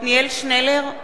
עתניאל שנלר,